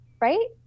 Right